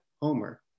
Homer